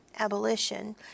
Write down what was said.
abolition